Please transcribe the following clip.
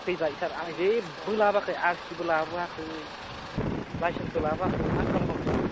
थैबाय सार आं जेबो लाबोयाखै आर सि बो लाबोयाखै लायसेन्सबो लाबोयाखै मा खालामबावनांगौ